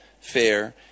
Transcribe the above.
fair